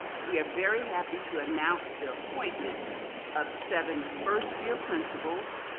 we are very happy to announce the appointment of seven first year principals,